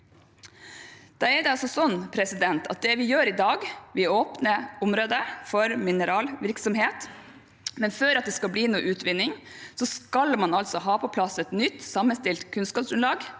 det vi gjør i dag, er at vi åpner områder for mineralvirksomhet, men før det skal bli noen utvinning, skal man altså ha på plass et nytt, sammenstilt kunnskapsgrunnlag.